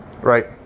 right